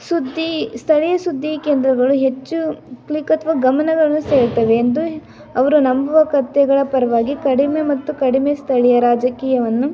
ಸುದ್ದಿ ಸ್ಥಳೀಯ ಸುದ್ದಿ ಕೇಂದ್ರಗಳು ಹೆಚ್ಚು ಗಮನಗಳನ್ನು ಸೆಳೀತವೆ ಎಂದು ಅವರು ನಂಬುವ ಕಥೆಗಳ ಪರವಾಗಿ ಕಡಿಮೆ ಮತ್ತು ಕಡಿಮೆ ಸ್ಥಳೀಯ ರಾಜಕೀಯವನ್ನು